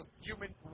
human